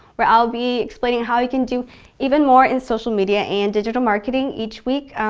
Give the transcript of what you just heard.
where i'll be explaining how you can do even more in social media and digital marketing each week.